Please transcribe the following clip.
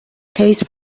case